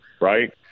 right